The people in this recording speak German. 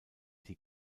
die